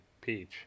Peach